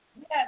yes